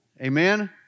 Amen